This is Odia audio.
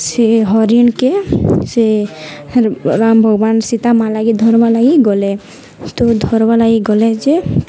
ସେଇ ହରିଣକେ ସେ ରାମ ଭଗବାନ ସୀତା ମା' ଲାଗି ଧରବା ଲାଗି ଗଲେ ତୋ ଧରବା ଲାଗି ଗଲେ ଯେ